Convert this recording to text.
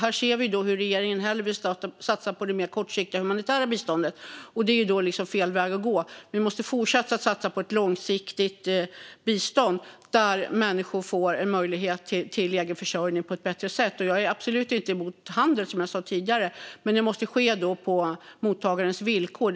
Här ser vi hur regeringen hellre vill satsa på det mer kortsiktiga humanitära biståndet, och det är fel väg att gå. Vi måste fortsätta satsa på ett långsiktigt bistånd där människor får möjlighet till egen försörjning på ett bättre sätt. Som jag sa tidigare är jag absolut inte emot handel, men den måste ske på mottagarens villkor.